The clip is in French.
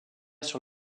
sur